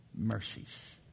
mercies